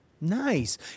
Nice